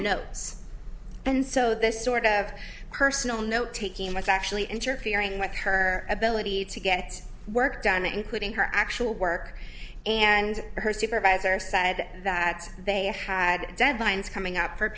notes and so this sort of personal note taking was actually interfering with her ability to get work done including her actual work and her supervisor said that they had deadlines coming up for